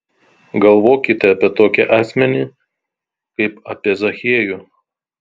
galvokite apie tokį asmenį kaip apie zachiejų